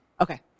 Okay